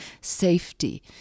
safety